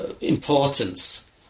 importance